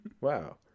Wow